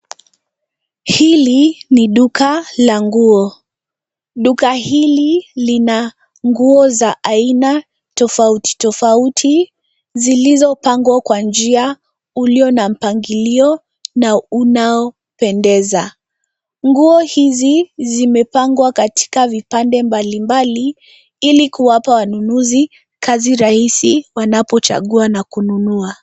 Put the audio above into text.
Hili ni duka la nguo. Duka hili lina nguo za aina tofauti tofauti zilizopangwa kwa njia ulio na mpangilio na unaopendeza. Nguo hizi zimepangwa katika vipande mbalimbali ili kuwapa wanunuzi kazi rahisi wanapochagua na kununua.